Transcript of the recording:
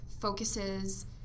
focuses